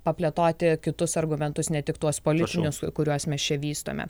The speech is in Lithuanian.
paplėtoti kitus argumentus ne tik tuos politinius kuriuos mes čia vystome